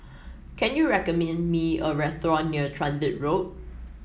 can you recommend me a restaurant near Transit Road